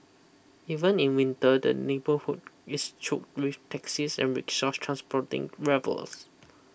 even in winter the neighbourhood is choked with taxis and rickshaws transporting revellers